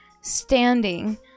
standing